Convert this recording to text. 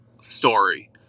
story